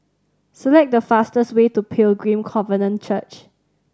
select the fastest way to Pilgrim Covenant Church